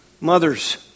mothers